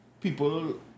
people